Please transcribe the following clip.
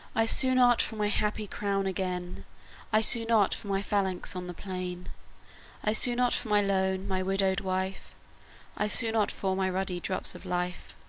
i sue not for my happy crown again i sue not for my phalanx on the plain i sue not for my lone, my widowed wife i sue not for my ruddy drops of life,